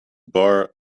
bar